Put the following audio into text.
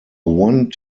one